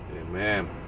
Amen